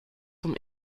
zum